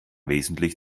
wesentlich